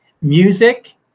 music